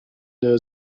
der